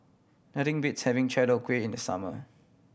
nothing beats having Chai Tow Kuay in the summer